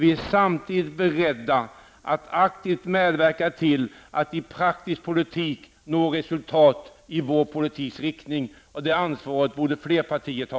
Vi är samtidigt beredda att aktivt medverka till att i praktisk politik nå resultat i vår politiks riktning. Det ansvaret borde fler partier ta.